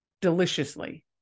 deliciously